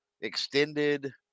extended